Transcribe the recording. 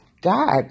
God